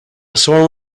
swarm